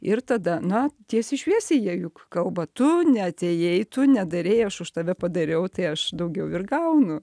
ir tada na tiesiai šviesiai jie juk kalba tu neatėjai tu nedarei aš už tave padariau tai aš daugiau ir gaunu